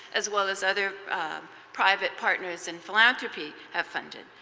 as well as other private partners and philanthropy, have funded.